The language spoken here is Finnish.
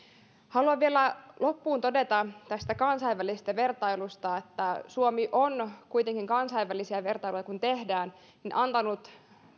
haluan vielä loppuun todeta tästä kansainvälisestä vertailusta että suomi on kuitenkin kansainvälisiä vertailuja kun tehdään antanut